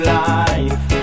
life